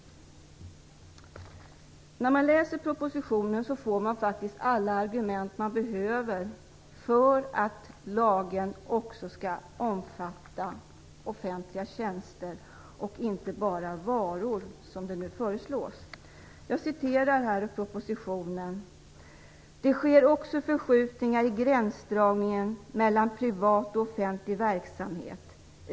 När man läser propositionen får man faktiskt alla argument man behöver för att lagen också skall omfatta offentliga tjänster, inte bara varor, som det nu föreslås. Jag citerar ur propositionen: "Det sker också förskjutningar i gränsdragningen mellan privat och offentlig verksamhet.